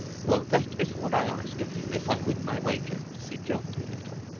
well that is what i ask of you if i win my wager, said john dolittle.